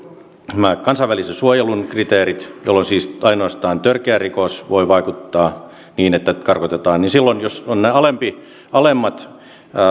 nämä kansainvälisen suojelun kriteerit jolloin siis ainoastaan törkeä rikos voi vaikuttaa niin että karkotetaan silloin jos on nämä alemmat alemmat